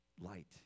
light